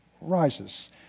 rises